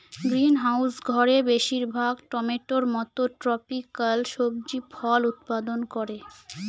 greenhouse ঘরে বেশির ভাগ টমেটোর মত ট্রপিকাল সবজি ফল উৎপাদন করে